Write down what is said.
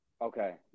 Okay